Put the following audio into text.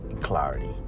clarity